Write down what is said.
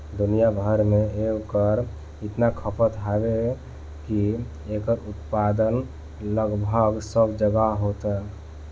दुनिया भर में एकर इतना खपत बावे की एकर उत्पादन लगभग सब जगहे होता